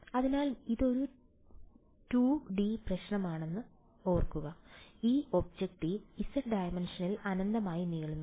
അതിനാൽ ഇതൊരു 2D പ്രശ്നമാണെന്ന് ഓർക്കുക ഈ ഒബ്ജക്റ്റ് z ഡൈമൻഷനിൽ അനന്തമായി നീളുന്നു